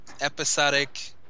episodic